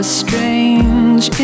strange